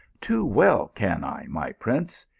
too well can i, my prince.